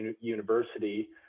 university